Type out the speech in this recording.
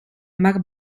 mar